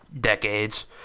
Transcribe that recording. decades